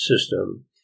system